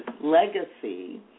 legacy